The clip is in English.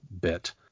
bit